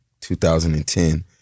2010